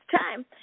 time